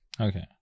Okay